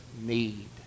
need